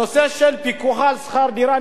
הנושא של פיקוח על שכר דירה,